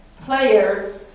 players